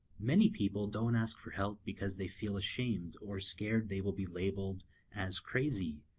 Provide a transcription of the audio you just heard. many people don't ask for help because they feel ashamed or scared they well be labelled as crazy,